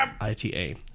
ITA